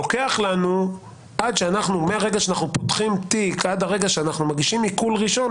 לוקח לנו מהרגע שאנחנו פותחים תיק עד הרגע שאנחנו מגישים עיקול ראשון,